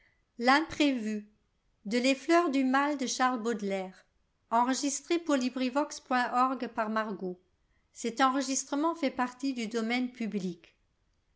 vo lontaire les fleurs du mal ne